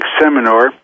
seminar